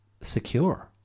secure